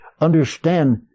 understand